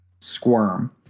squirm